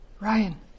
Ryan